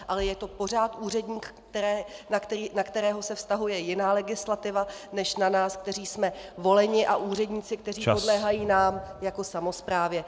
Ale je to pořád úředník, na kterého se vztahuje jiná legislativa než na nás, kteří jsme voleni, a úředníky, kteří podléhají nám jako samosprávě.